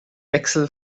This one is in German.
wechsel